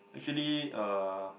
actually uh